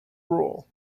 rural